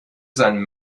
sein